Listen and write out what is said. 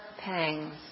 pangs